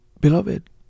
beloved